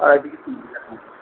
আড়াই থেকে তিন হাজার হ্যাঁ